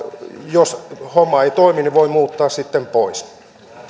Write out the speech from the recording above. jos homma ei toimi niin voi muuttaa sitten pois arvoisa